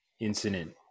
incident